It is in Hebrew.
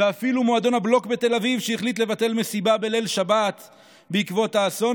ואפילו מועדון הבלוק בתל אביב החליט לבטל מסיבה בליל שבת בעקבות האסון,